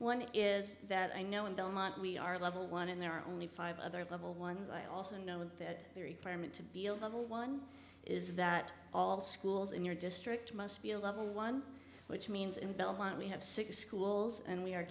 one is that i know and don't want we are level one and there are only five other level ones i also know that permit to be a level one is that all schools in your district must be a level one which means in belmont we have six schools and we are